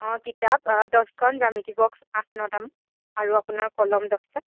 অঁ কিতাপ দছখন জ্য়ামিত্ৰি বক্স আঠ নটামান আৰু আপোনাৰ কলম দছটা